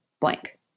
blank